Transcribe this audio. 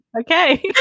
Okay